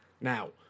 Now